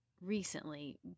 recently